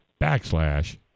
backslash